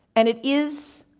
and it is,